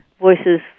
voices